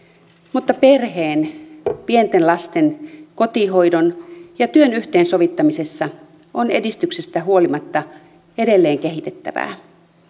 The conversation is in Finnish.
mutta perheen pienten lasten kotihoidon ja työn yhteensovittamisessa on edistyksestä huolimatta edelleen kehitettävää